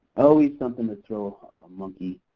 always something to throw a monkey